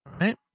Right